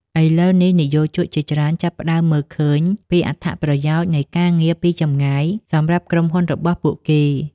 ឥឡូវនេះ និយោជកជាច្រើនចាប់ផ្ដើមមើលឃើញពីអត្ថប្រយោជន៍នៃការងារពីចម្ងាយសម្រាប់ក្រុមហ៊ុនរបស់ពួកគេ។